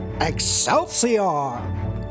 Excelsior